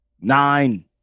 Nine